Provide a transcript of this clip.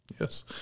Yes